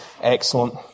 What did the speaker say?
excellent